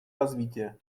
развития